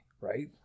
right